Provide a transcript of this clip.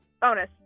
bonus